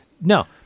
No